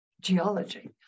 geology